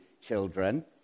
children